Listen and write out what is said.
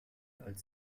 als